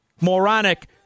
moronic